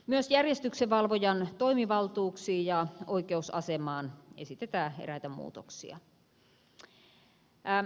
myös järjestyksenvalvojan toimivaltuuksiin ja oikeusasemaan esitetään eräitä muutoksia